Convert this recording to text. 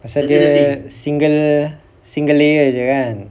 pasal dia single single layer kan